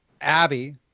Abby